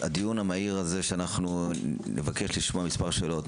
בדיון המהיר הזה אנחנו נבקש לשאול מספר שאלות.